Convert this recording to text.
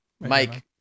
Mike